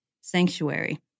Sanctuary